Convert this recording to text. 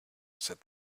said